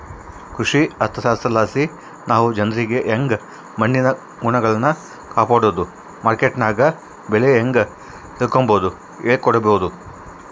ಕೃಷಿ ಅರ್ಥಶಾಸ್ತ್ರಲಾಸಿ ನಾವು ಜನ್ರಿಗೆ ಯಂಗೆ ಮಣ್ಣಿನ ಗುಣಗಳ್ನ ಕಾಪಡೋದು, ಮಾರ್ಕೆಟ್ನಗ ಬೆಲೆ ಹೇಂಗ ತಿಳಿಕಂಬದು ಹೇಳಿಕೊಡಬೊದು